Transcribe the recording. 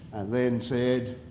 and then said,